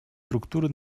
структуры